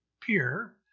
peer